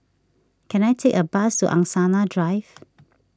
can I take a bus to Angsana Drive